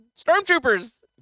stormtroopers